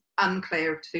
unclear